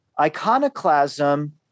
Iconoclasm